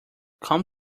come